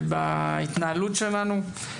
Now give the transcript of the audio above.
ובהתנהלות שלנו.